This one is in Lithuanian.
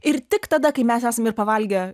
ir tik tada kai mes esam ir pavalgę